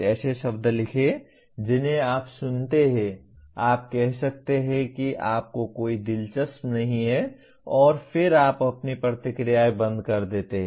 कुछ ऐसे शब्द लिखें जिन्हें आप सुनते हैं आप कह सकते हैं कि आपको कोई दिलचस्पी नहीं है और फिर आप अपनी प्रतिक्रियाएँ बंद कर देते हैं